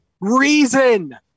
reason